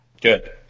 Good